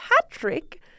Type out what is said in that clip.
Patrick